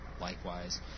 Likewise